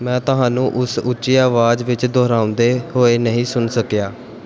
ਮੈਂ ਤੁਹਾਨੂੰ ਉਸ ਉੱਚੀ ਆਵਾਜ਼ ਵਿੱਚ ਦੁਹਰਾਉਂਦੇ ਹੋਏ ਨਹੀਂ ਸੁਣ ਸਕਿਆ